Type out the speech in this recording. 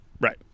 Right